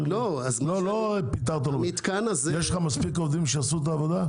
יש לך מספיק עובדים שיעשו את העבודה?